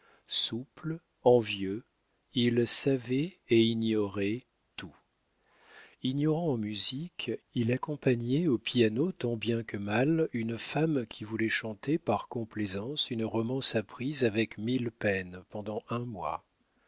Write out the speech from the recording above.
souple envieux il savait et ignorait tout ignorant en musique il accompagnait au piano tant bien que mal une femme qui voulait chanter par complaisance une romance apprise avec mille peines pendant un mois